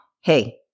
Hey